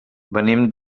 venim